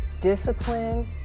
discipline